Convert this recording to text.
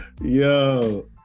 Yo